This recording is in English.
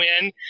win